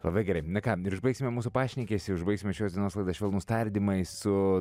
labai gerai na ką ir užbaigsime mūsų pašnekesį užbaigsime šios dienos laidą švelnūs tardymai su